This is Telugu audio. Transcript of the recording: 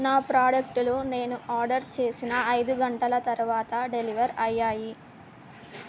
నా ప్రాడక్టులు నేను ఆర్డర్ చేసిన ఐదు గంటల తర్వాత డెలివర్ అయ్యాయి